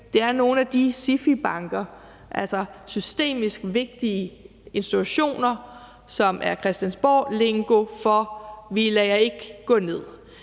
det er nogle SIFI-banker, altså systemisk vigtige institutioner, som er christiansborglingo for: Vi lader jer ikke gå ned.